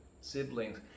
siblings